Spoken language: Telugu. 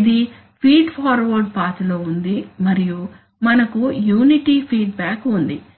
ఇది ఫీడ్ ఫార్వర్డ్ పాత్ లో ఉంది మరియు మనకు యూనిటీ ఫీడ్బ్యాక్ ఉంది